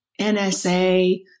NSA